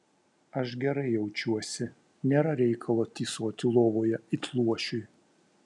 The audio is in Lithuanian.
aš gerai jaučiuosi nėra reikalo tysoti lovoje it luošiui